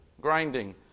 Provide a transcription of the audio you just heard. Grinding